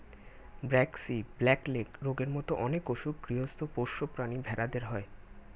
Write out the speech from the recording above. braxy, black leg রোগের মত অনেক অসুখ গৃহস্ত পোষ্য প্রাণী ভেড়াদের হয়